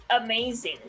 amazing